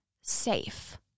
safe